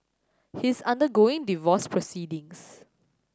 he is undergoing divorce proceedings